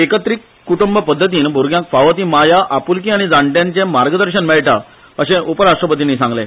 एकत्रित क्ट्ंब पध्दतीन भ्रग्यांक फावो ती माया आप्लकी आनी जाण्ट्यांचे मार्गदर्शन मेळटा अशे उपराष्ट्रतींनी सांगले